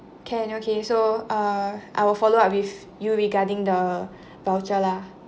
can okay so uh I will follow up with you regarding the voucher lah